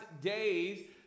days